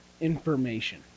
information